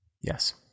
Yes